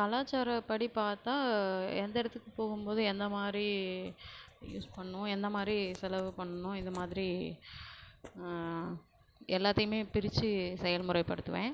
கலாச்சரப்படி பார்த்தா எந்த இடத்துக்கு போகும் போது என்ன மாதிரி யூஸ் பண்ணனும் எந்த மாதிரி செலவு பண்ணனும் இந்த மாதிரி எல்லாத்தையுமே பிரித்து செயல்முறைபடுத்துவேன்